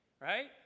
right